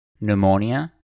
pneumonia